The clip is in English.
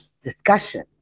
discussion